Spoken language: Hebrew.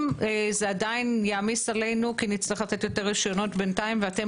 אם זה עדיין יעמיס עלינו כי נצטרך לתת יותר רשיונות בינתיים ואתם